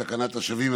ותקנת השבים,